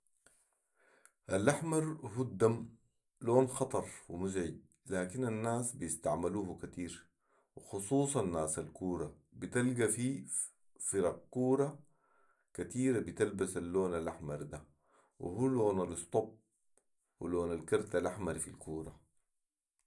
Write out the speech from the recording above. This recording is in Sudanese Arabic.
الاحمر هو الدم لون خطر ومزعج لكن الناس بتستعملو كتير وخصوصا ناس الكوره بتلقي في فرق كوره كتيره بتلبس اللون الاحمر ده وهو لون الاسطوب ولون الكرت الاحمر في الكوره